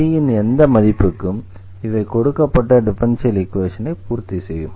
c ன் எந்த மதிப்புக்கும் இவை கொடுக்கப்பட்ட டிஃபரன்ஷியல் ஈக்வேஷனை பூர்த்தி செய்யும்